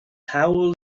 hawl